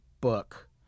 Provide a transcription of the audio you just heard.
book